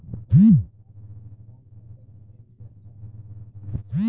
लाल मिट्टी कौन फसल के लिए अच्छा होखे ला?